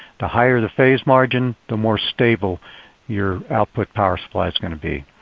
the higher the phase margin, the more stable your output power supply is going to be.